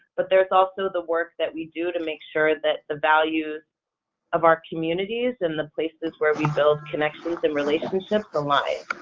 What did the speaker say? but there's also the work that we do to make sure that the values of our communities and the places where we build connections and relationships in life.